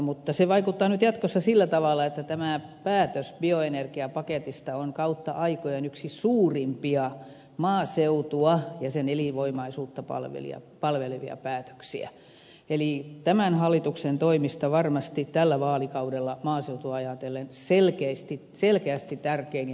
mutta se vaikuttaa nyt jatkossa sillä tavalla että tämä päätös bioenergiapaketista on kautta aikojen yksi suurimpia maaseutua ja sen elinvoimaisuutta palvelevia päätöksiä eli tämän hallituksen toimista varmasti tällä vaalikaudella maaseutua ajatellen selkeästi tärkein ja merkittävin